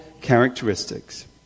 characteristics